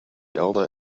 elder